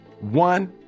One